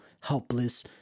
helpless